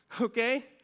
Okay